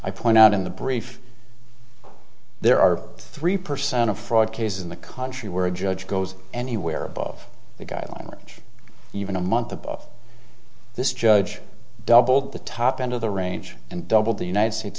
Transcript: i point out in the brief there are three percent of fraud cases in the country where a judge goes anywhere above the guidelines which even a month above this judge doubled the top end of the range and doubled the united states